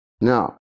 Now